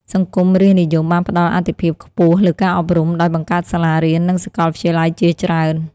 សង្គមរាស្រ្តនិយមបានផ្តល់អាទិភាពខ្ពស់លើការអប់រំ ដោយបង្កើតសាលារៀន និងសាកលវិទ្យាល័យជាច្រើន។